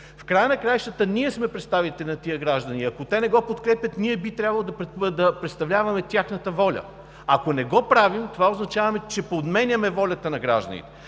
в края на краищата ние сме представителите на тези граждани и ако те не го подкрепят, ние би трябвало да представляваме тяхната воля. Ако не го правим, това означава, че подменяме волята на гражданите